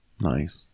Nice